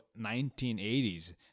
1980s